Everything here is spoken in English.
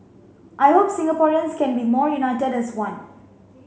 I hope Singaporeans can be more united as one